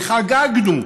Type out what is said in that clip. וחגגנו,